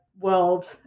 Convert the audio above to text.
world